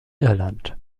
irland